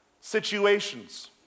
situations